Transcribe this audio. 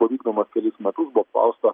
buvo vykdomas kelis metus buvo apklausta